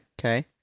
okay